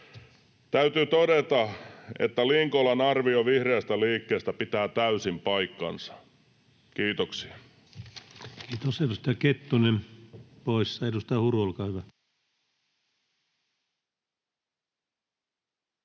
Täytyy todeta, että Linkolan arvio vihreästä liikkeestä pitää täysin paikkansa. — Kiitoksia. Kiitos. — Edustaja Kettunen poissa. — Edustaja Huru, olkaa hyvä.